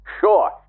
Sure